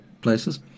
places